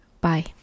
Bye